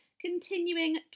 continuing